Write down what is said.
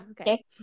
Okay